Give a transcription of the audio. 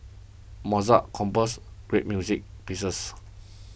Mozart composed great music pieces